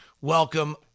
welcome